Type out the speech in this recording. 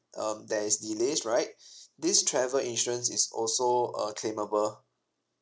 um there is delays right this travel insurance is also uh claimable